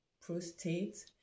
prostate